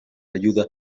ayuda